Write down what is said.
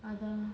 அதான்:athaan